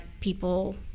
people